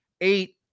eight